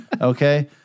Okay